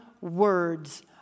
words